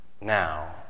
Now